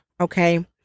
okay